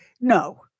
No